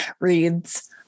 reads